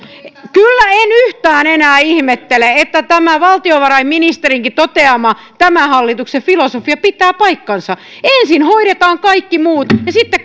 kyllä en yhtään enää ihmettele että tämä valtiovarainministerinkin toteama tämän hallituksen filosofia pitää paikkansa ensin hoidetaan kaikki muut ja sitten